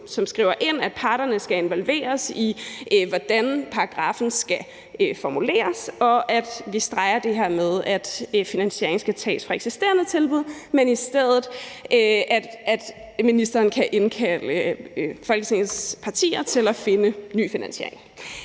vi skriver ind, at parterne skal involveres i, hvordan paragraffen skal formuleres, og hvor vi streger det her med, at finansieringen skal tages fra eksisterende tilbud, så at ministeren i stedet kan indkalde Folketingets partier til at finde ny finansiering.